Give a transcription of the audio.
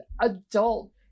adult